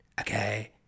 Okay